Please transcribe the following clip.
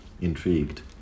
intrigued